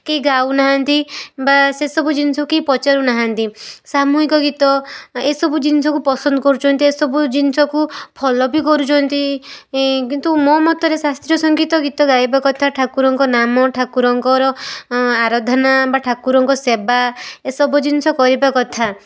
କେହି ଗାଉନାହାଁନ୍ତି ବା ସେସବୁ ଜିନିଷକୁ କେହି ପଚାରୁନାହାଁନ୍ତି ସାମୂହିକ ଗୀତ ଏସବୁ ଜିନିଷକୁ ପସନ୍ଦ କରୁଛନ୍ତି ଏସବୁ ଜିନିଷକୁ ଫଲୋ ବି କରୁଛନ୍ତି କିନ୍ତୁ ମୋ ମତରେ ଶାସ୍ତ୍ରୀୟ ସଙ୍ଗୀତ ଗୀତ ଗାଇବା କଥା ଠାକୁରଙ୍କ ନାମ ଠାକୁରଙ୍କର ଆରାଧନା ବା ଠାକୁରଙ୍କ ସେବା ଏସବୁ ଜିନିଷ କରିବା କଥା